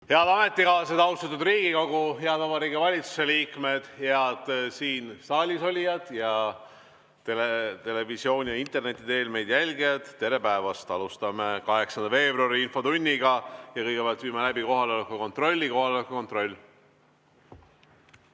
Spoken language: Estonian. Head ametikaaslased! Austatud Riigikogu! Head Vabariigi Valitsuse liikmed! Head siin saalis olijad ning televisiooni ja interneti teel meie jälgijad! Tere päevast! Alustame 8. veebruari infotundi. Kõigepealt viime läbi kohaloleku kontrolli. Kohaloleku kontroll.